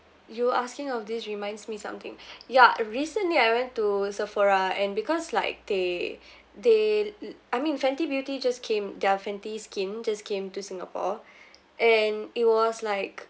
you were asking of this reminds me something ya recently I went to sephora and because like they they I mean Fenty Beauty just came their fenty skin just came to singapore and it was like